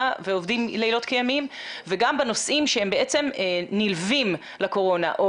ועובדים לילות כימים וגם בנושאים שהם נלווים לקורונה,